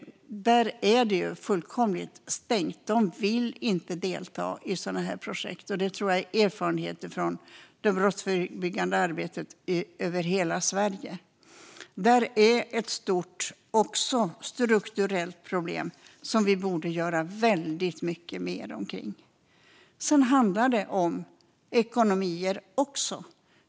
Där är det fullkomligt stängt. De vill inte delta i projekt som dessa. Jag tror att denna erfarenhet finns från brottsförebyggande arbete över hela Sverige. Också detta är ett stort strukturellt problem som vi borde göra mycket mer kring. Sedan handlar det om ekonomi också.